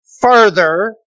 further